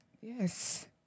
Yes